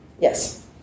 yes